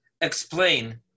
explain